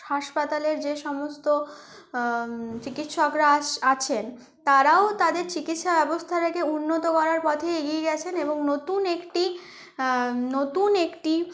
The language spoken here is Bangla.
হাসপাতালের যে সমস্ত চিকিৎসকরা আস আছেন তারাও তাদের চিকিৎসা ব্যবস্থাটাকে উন্নত করার পথে এগিয়ে গেছেন এবং নতুন একটি নতুন একটি